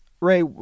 Ray